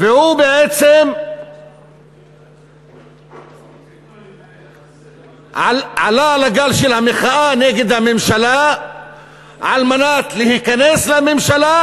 והוא בעצם עלה על הגל של המחאה נגד הממשלה כדי להיכנס לממשלה